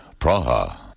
Praha